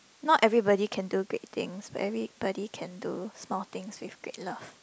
not everybody can do great things but everybody can do small things with great love